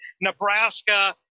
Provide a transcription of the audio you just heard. Nebraska